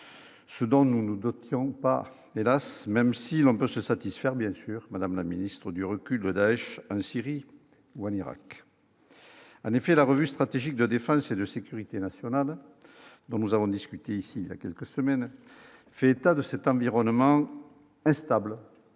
ce dont nous, d'autres qui ont pas, hélas, même si on peut se satisfaire, bien sûr, Madame la Ministre, du recul de Daech Syrie ou en Irak. En effet, la revue stratégique de défense et de sécurité nationale dont nous avons discuté ici à quelques semaines, fait état de cet environnement instable,